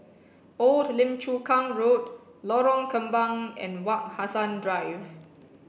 old Lim Chu Kang Road Lorong Kembang and Wak Hassan Drive